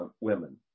women